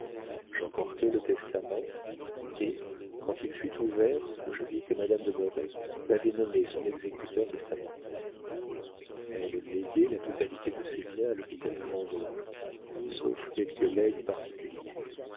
j'emportai le testament et quand il fut ouvert je vis que madame de merret m'avait nommé son exécuteur testamentaire elle léguait la totalité de ses biens à l'hôpital de vendôme sauf quelques legs particuliers